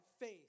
faith